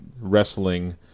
wrestling